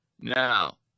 Now